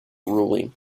ruling